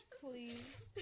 please